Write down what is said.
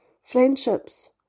Friendships